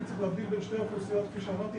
צריך להבדיל בין שתי האוכלוסיות כפי שאמרתי,